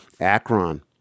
Akron